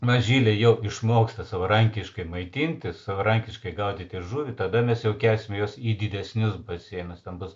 mažyliai jau išmoksta savarankiškai maitintis savarankiškai gaudyti žuvį tada mes jau kelsim juos į didesnius baseinus ten bus